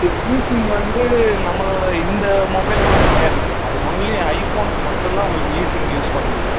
இப்போ e SIM வந்து நம்பளோட இந்த மொபைலுக்குலாம் கிடையாதுங் சார் அது ஒன்லி ஐஃபோன்க்கு மட்டும் தான் உங்ளுக்கு இ சிம் யூஸ் பண்ண முடியும்